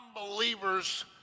unbeliever's